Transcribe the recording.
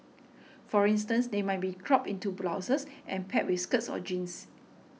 for instance they might be cropped into blouses and paired with skirts or jeans